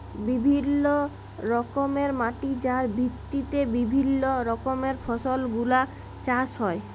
বিভিল্য রকমের মাটি যার ভিত্তিতে বিভিল্য রকমের ফসল গুলা চাষ হ্যয়ে